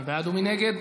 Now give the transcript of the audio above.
מי בעד ומי נגד?